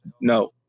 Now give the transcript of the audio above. no